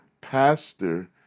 pastor